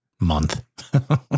month